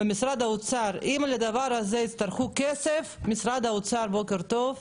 משרד האוצר, בוקר טוב.